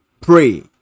Pray